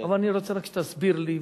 אבל אני רוצה רק שתסביר לי,